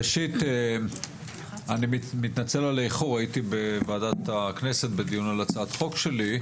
ראשית אני מתנצל על האיחור הייתי בוועדת הכנסת בדיון על הצעת חוק שלי.